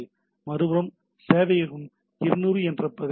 மறுபுறம் சேவையகம் 200 என்று பதிலளிக்கிறது